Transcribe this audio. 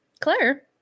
Claire